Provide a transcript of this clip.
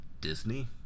Disney